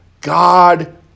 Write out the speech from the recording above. God